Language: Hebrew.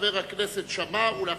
חבר הכנסת עפו אגבאריה,